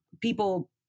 people